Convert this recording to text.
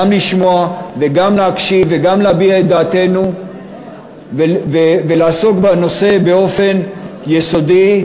גם לשמוע וגם להקשיב וגם להביע את דעתנו ולעסוק בנושא באופן יסודי,